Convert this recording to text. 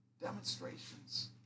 Demonstrations